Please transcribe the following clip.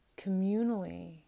communally